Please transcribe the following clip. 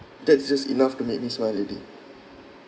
that's just enough to make me smile already